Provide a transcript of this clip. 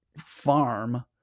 farm